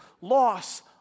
loss